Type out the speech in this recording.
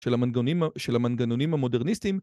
‫של המנגונים ה... של המנגנונים המודרניסטיים.